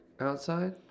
outside